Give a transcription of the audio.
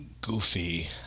goofy